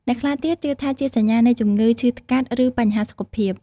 អ្នកខ្លះទៀតជឿថាជាសញ្ញានៃជំងឺឈឺស្កាត់ ឬបញ្ហាសុខភាព។